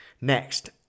Next